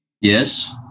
Yes